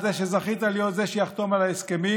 על זה שזכית להיות זה שיחתום על ההסכמים,